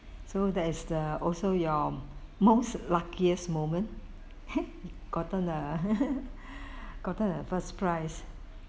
so that is the also your most luckiest moment gotten uh gotten a first prize